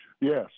Yes